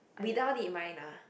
without it mine ah